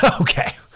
Okay